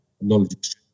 knowledge